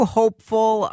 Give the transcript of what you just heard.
hopeful